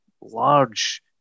large